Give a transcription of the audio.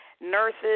nurses